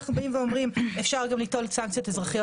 אנחנו באים ואומרים אפשר גם ליטול סנקציות אזרחיות